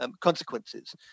consequences